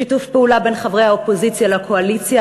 שיתוף פעולה בין חברי האופוזיציה לקואליציה,